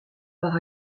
part